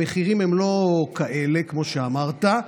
המחירים הם לא כאלה כמו שאמרת,